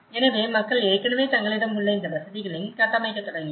எனவே மக்கள் ஏற்கனவே தங்களிடம் உள்ள இந்த வசதிகளையும் கட்டமைக்கத் தொடங்கினர்